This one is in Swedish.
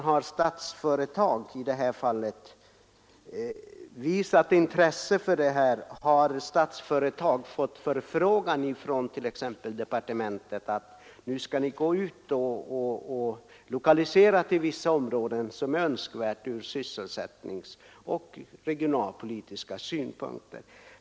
Har Statsföretag inte visat något intresse för detta system? Eller är det kanske så att Statsföretag inte fått förfrågan . från departementet om möjligheterna till lokalisering till vissa områden, där en sådan skulle vara önskvärd ur sysselsättningsoch regionalpolitiska synpunkter?